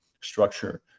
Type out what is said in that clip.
structure